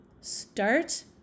Start